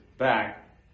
back